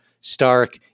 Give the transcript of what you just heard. STARK